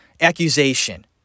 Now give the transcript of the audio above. accusation